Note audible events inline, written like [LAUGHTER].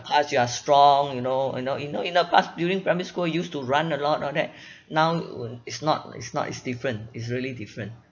past you are strong you know you know you know in the past during primary school used to run a lot all that [BREATH] now [NOISE] it's not it's not it's different it's really different